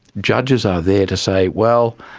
judges are there to say, well,